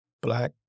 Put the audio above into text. Black